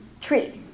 tree